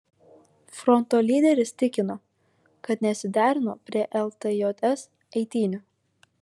fronto lyderis tikino kad nesiderino prie ltjs eitynių